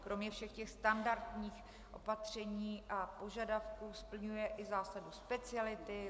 Kromě všech těch standardních opatření a požadavků splňuje i zásadu speciality.